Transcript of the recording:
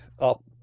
up